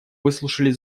выслушали